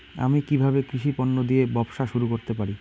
আমি কিভাবে কৃষি পণ্য দিয়ে ব্যবসা শুরু করতে পারি?